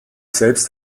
selbst